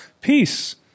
peace